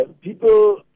People